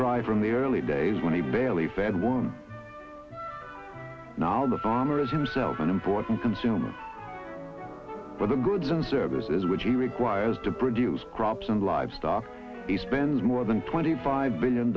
in the early days when he barely fed one now the farmers himself an important consumer for the goods and services which he requires to produce crops and livestock he spends more than twenty five billion